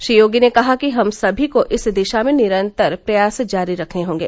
श्री योगी ने कहा कि हम सभी को इस दिशा में निरंतर प्रयास जारी रखने होंगे